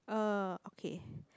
uh okay